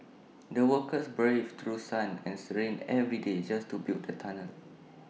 the workers braved through sun and Th rain every day just to build the tunnel